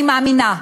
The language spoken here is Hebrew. אני מאמינה,